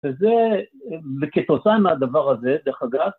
‫וזה, וכתוצאים מהדבר הזה, ‫דרך אגב,